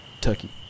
Turkey